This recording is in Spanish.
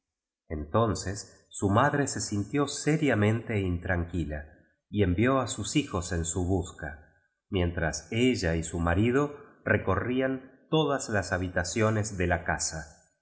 entonces su madre se sintió seriamente in tranquila y envió a sus hijos en su busco mientras ella y su marido recorrían todas las habitaciones de la casa